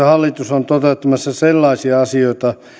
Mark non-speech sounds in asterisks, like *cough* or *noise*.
*unintelligible* hallitus on toteuttamassa sellaisia asioita